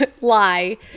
lie